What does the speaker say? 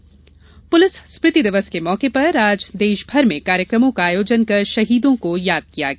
स्मृति दिवस पुलिस स्मृति दिवस के मौके पर आज देशभर में कार्यकमों का आयोजन कर शहीदों को याद किया गया